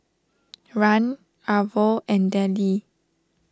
Rahn Arvo and Dellie